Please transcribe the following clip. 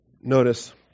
Notice